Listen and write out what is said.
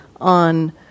on